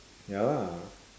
ya lah